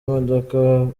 imodoka